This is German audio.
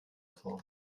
vor